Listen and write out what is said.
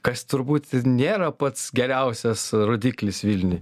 kas turbūt nėra pats geriausias rodiklis vilniuj